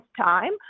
time